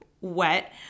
wet